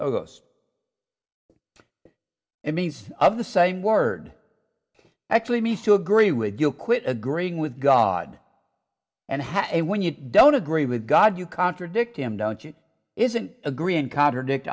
it means of the same word actually means to agree with you quit agreeing with god and have when you don't agree with god you contradict him don't you isn't agreeing contradict